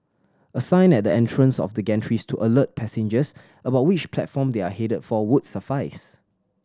a sign at the entrance of the gantries to alert passengers about which platform they are headed for would suffice